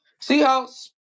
Seahawks